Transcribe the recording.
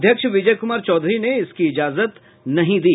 अध्यक्ष विजय कुमार चौधरी ने इसकी इजाजत नहीं दी